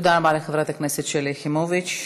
תודה רבה לחברת הכנסת שלי יחימוביץ.